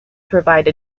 provide